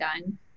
done